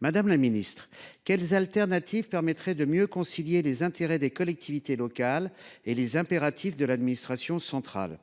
Madame la ministre, d’autres solutions permettraient elles de mieux concilier les intérêts des collectivités locales et les impératifs de l’administration centrale ?